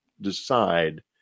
decide